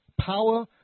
Power